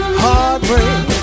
heartbreak